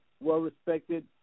well-respected